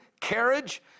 carriage